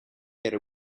era